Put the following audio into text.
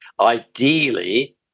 ideally